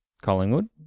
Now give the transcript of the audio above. Collingwood